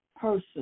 person